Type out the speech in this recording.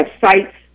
sites